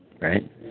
right